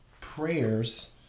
prayers